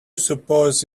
suppose